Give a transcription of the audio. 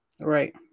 Right